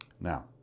Now